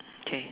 okay